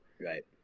right